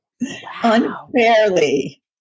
Unfairly